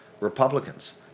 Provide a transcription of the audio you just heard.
Republicans